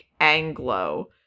Anglo